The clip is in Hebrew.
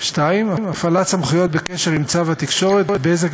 2. הפעלת סמכויות בקשר עם צו התקשורת (בזק